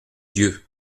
dieu